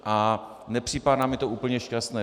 A nepřipadá mi to úplně šťastné.